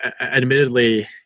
Admittedly